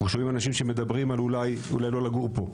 אנחנו שומעים אנשים שמדברים על אולי לא לגור פה.